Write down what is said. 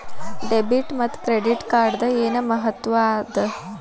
Debit ಮತ್ತ credit ಕಾರ್ಡದ್ ಏನ್ ಮಹತ್ವ ಅದ?